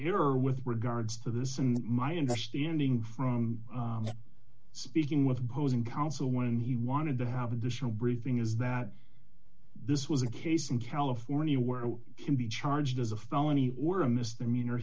error with regards to this and my understanding from speaking with opposing counsel when he wanted to have additional briefing is that this was a case in california where it can be charged as a felony or a misdemeanor